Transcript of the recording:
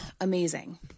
amazing